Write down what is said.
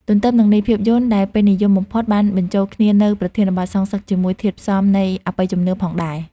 ទន្ទឹមនឹងនេះភាពយន្តដែលពេញនិយមបំផុតបានបញ្ចូលគ្នានូវប្រធានបទសងសឹកជាមួយធាតុផ្សំនៃ អបិយជំនឿផងដែរ។